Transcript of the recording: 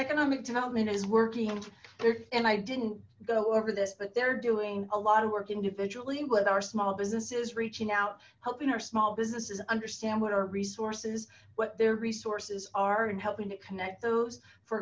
economic development is working and i didn't go over this but they're doing a lot of work individually with our small businesses reaching out helping our small businesses understand what our resources what their resources are and helping to connect those for